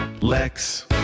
Lex